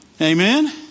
Amen